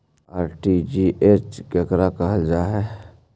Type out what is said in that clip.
RTGS केकरा कहल जा है?